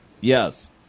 Yes